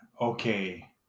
Okay